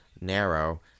narrow